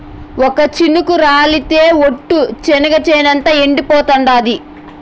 ఒక్క చినుకు రాలితె ఒట్టు, చెనిగ చేనంతా ఎండిపోతాండాది